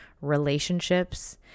relationships